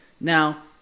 Now